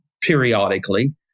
periodically